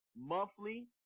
monthly